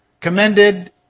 commended